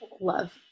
love